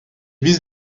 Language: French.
vise